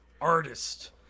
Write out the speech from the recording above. artist